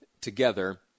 together